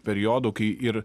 periodu kai ir